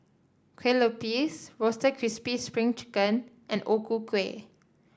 Kueh Lupis Roasted Crispy Spring Chicken and O Ku Kueh